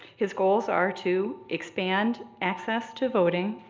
his goals are to expand access to voting,